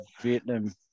Vietnam